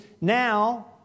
now